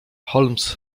holmes